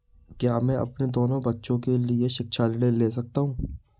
क्या मैं अपने दोनों बच्चों के लिए शिक्षा ऋण ले सकता हूँ?